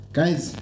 Guys